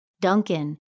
Duncan